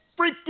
freaking